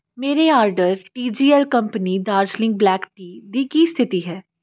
ਮੇਰੇ order T G L company Darjeeling black tea ਦੀ ਕੀ ਸਥਿਤੀ ਹੈ